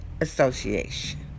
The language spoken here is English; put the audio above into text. association